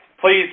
please